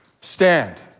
Stand